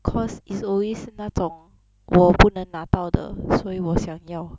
cause it's always 那种我不能拿到的所以我想要